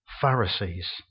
Pharisees